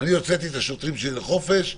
אני הוצאתי את השוטרים שלי לחופש,